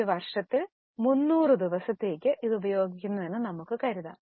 ഒരു വർഷത്തിൽ 300 ദിവസത്തേക്ക് ഇത് ഉപയോഗിക്കുന്നുവെന്ന് നമുക്ക് കരുതാം